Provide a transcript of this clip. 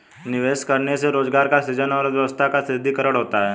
निवेश करने से रोजगार का सृजन और अर्थव्यवस्था का सुदृढ़ीकरण होता है